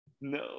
no